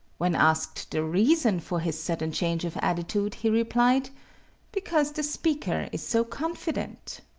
when asked the reason for his sudden change of attitude, he replied because the speaker is so confident.